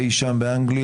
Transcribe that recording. אי שם באנגליה,